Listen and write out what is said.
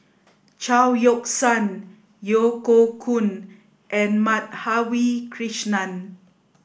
Chao Yoke San Yeo Hoe Koon and Madhavi Krishnan